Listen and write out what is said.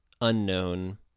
unknown